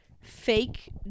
fake